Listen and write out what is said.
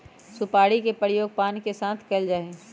सुपारी के प्रयोग पान के साथ कइल जा हई